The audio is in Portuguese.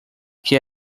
que